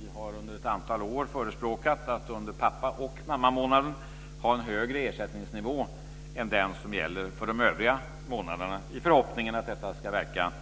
Vi har under ett antal år förespråkat att under pappa och mammamånaden ha en högre ersättningsnivå än den som gäller för de övriga månaderna, i förhoppningen att detta ska verka